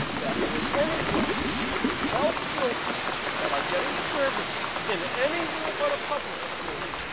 that will in any way help children that are getting services in anywhere but a public school,